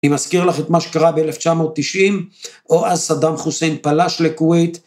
אני מזכיר לך את מה שקרה ב-1990, או אז סדאם חוסיין פלש לכוויית.